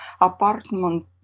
apartment